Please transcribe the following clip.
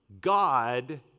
God